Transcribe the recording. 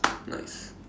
nice